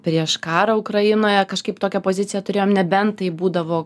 prieš karą ukrainoje kažkaip tokią poziciją turėjom nebent tai būdavo